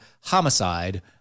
homicide